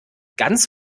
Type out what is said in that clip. ganz